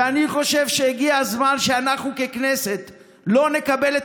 ואני חושב שהגיע הזמן שאנחנו ככנסת לא נקבל את